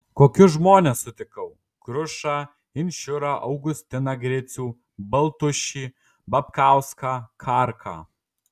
kokius žmones sutikau grušą inčiūrą augustiną gricių baltušį babkauską karką